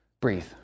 Breathe